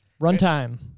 Runtime